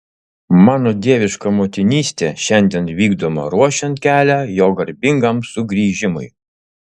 mano dieviška motinystė šiandien vykdoma ruošiant kelią jo garbingam sugrįžimui